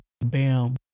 bam